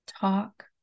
talk